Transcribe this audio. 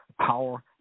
power